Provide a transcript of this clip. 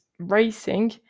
racing